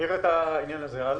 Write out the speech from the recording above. נעביר את העניין הזה הלאה.